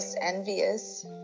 envious